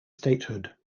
statehood